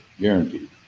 guaranteed